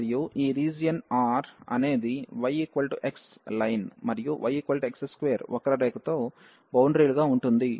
మరియు ఈ region R అనేది yx లైన్ మరియు yx2 వక్రరేఖతో బౌండరీ లుగా ఉంటుంది